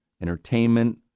entertainment